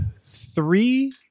three